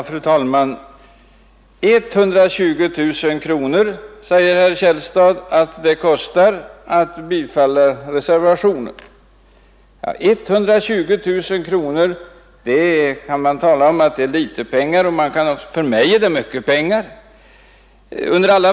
Fru talman! 120 000 kronor säger herr Källstad att det kostar att bifalla reservationen. 120 000 kronor kan vara litet pengar för somliga, men för mig är det mycket pengar.